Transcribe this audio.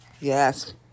Yes